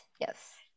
yes